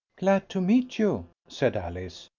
glad to meet you, said alice,